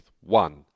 One